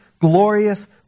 glorious